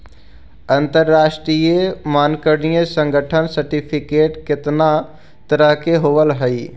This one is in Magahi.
अंतरराष्ट्रीय मानकीकरण संगठन सर्टिफिकेट केतना तरह के होब हई?